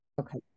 Okay